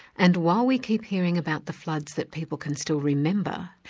and while we keep hearing about the floods that people can still remember,